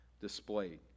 displayed